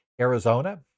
Arizona